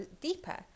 deeper